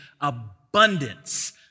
abundance